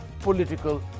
political